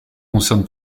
concerne